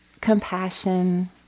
compassion